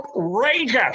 Outrageous